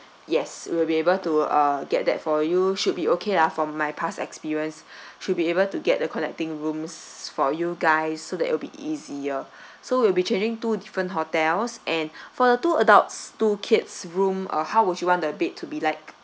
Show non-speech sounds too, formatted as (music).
yes will be able to uh get that for you should be okay lah from my past experience (breath) should be able to get the connecting rooms for you guys so that it'll be easier (breath) so we'll be changing two different hotels and (breath) for the two adults two kids room uh how would you want the bed to be like